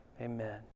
amen